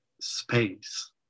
space